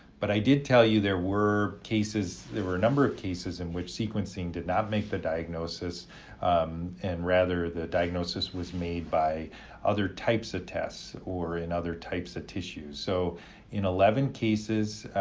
but i did tell you there were cases, there were a number of cases in which sequencing did not make the diagnosis and rather, the diagnosis was made by other types of tests or in other types of tissues. so in eleven cases,